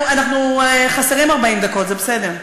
אנחנו חסרים 40 דקות, זה בסדר.